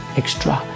extra